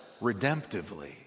redemptively